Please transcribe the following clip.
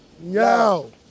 Yo